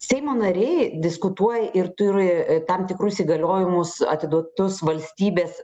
seimo nariai diskutuoja ir turi tam tikrus įgaliojimus atiduotus valstybės